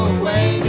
away